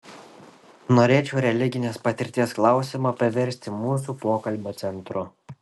norėčiau religinės patirties klausimą paversti mūsų pokalbio centru